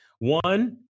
One